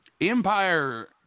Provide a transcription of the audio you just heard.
Empire